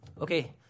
Okay